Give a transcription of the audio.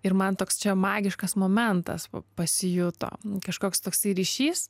ir man toks čia magiškas momentas pasijuto kažkoks toksai ryšys